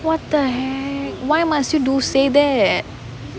what they heck why must you do say that